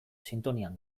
sintonian